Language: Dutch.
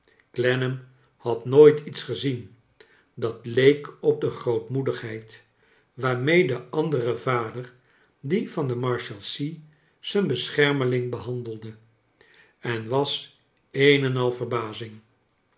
clennam had nooit iets gezien dat leek op de grootmoedigheid waarmee de andere vader die van de marshalsea zijn beschermeling behandelde en was een en al verbazing